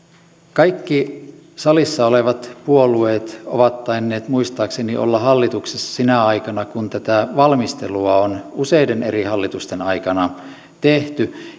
kaikki salissa olevat puolueet ovat tainneet muistaakseni olla hallituksessa sinä aikana kun tätä valmistelua on useiden eri hallitusten aikana tehty